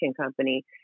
company